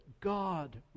God